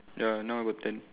ya now I got ten